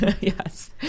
Yes